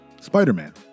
Spider-Man